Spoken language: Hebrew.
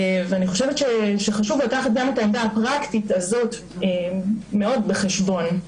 אני חושבת שחשוב לקחת גם את העמדה הפרקטית הזו מאוד בחשבון.